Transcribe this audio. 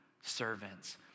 servants